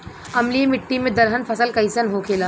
अम्लीय मिट्टी मे दलहन फसल कइसन होखेला?